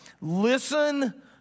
Listen